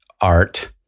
art